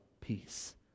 Peace